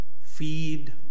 Feed